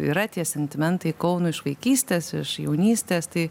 yra tie sentimentai kaunui iš vaikystės iš jaunystės tai